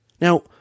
Now